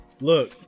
Look